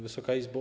Wysoka Izbo!